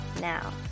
now